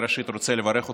ראשית אני רוצה לברך אותך.